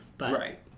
right